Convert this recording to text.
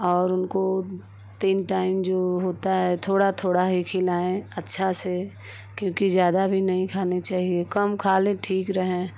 और उनको तीन टाइम जो होता है थोड़ा थोड़ा ही खिलाएँ अच्छा से क्योंकि ज़्यादा भी नहीं खाने चाहिए कम खा लें ठीक रहें